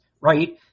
right